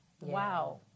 wow